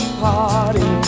party